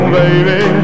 baby